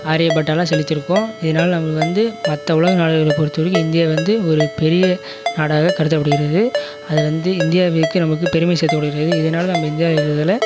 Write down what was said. ஆரியப்பட்டாலாம் செலுத்திருக்கோம் இதனால நம்மளுக்கு வந்து மற்ற உலக நாடுகளை பொறுத்த வரைக்கும் இந்தியா வந்து ஒரு பெரிய நாடாக கருதப்படுகிறது அது வந்து இந்தியாவில் இருக்க நம்மளுக்கு பெருமை சேர்த்து கொள்கிறது இதனால நம்ம இந்தியாவில் இருக்கிறதால